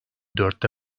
dörtte